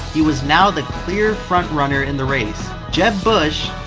he was now the clear front-runner in the race. jeb bush,